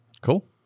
cool